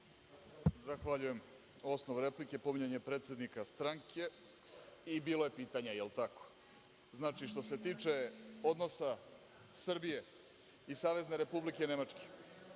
Zahvaljujem. Osnov replike je pominjanje predsednika stranke i bilo je pitanja, jel tako? Što se tiče odnosa Srbije i Savezne Republike Nemačke,